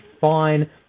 fine